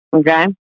okay